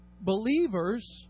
believers